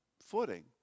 footing